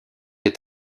est